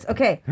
Okay